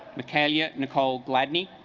mikael yet nicole gladney